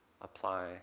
apply